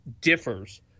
differs